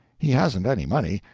he hasn't any money,